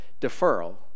deferral